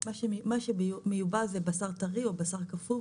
מה שמיובא זה בשר טרי או בשר קפוא,